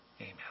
amen